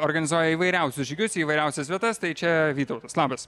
organizuoja įvairiausius žygius į įvairiausias vietas tai čia vytautas labas